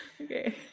Okay